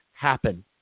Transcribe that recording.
happen